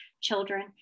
children